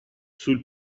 sul